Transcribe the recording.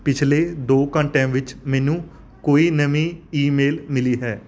ਪਿਛਲੇ ਦੋ ਘੰਟਿਆਂ ਵਿੱਚ ਮੈਨੂੰ ਕੋਈ ਨਵੀਂ ਈਮੇਲ ਮਿਲੀ ਹੈ